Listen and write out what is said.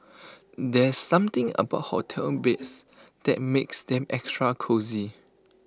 there's something about hotel beds that makes them extra cosy